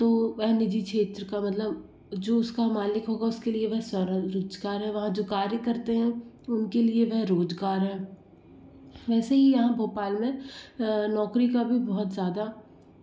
वह निजी क्षेत्र का मतलब जो उसका मालिक होगा उसके लिए बस सरल रुच कार्य है जो वहाँ जो कार्य करते हैं उनके लिए वह रोज़गार है वैसे ही यहाँ भोपाल में नौकरी का भी बहुत ज़्यादा